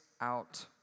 out